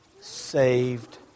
saved